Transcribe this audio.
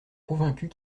convaincus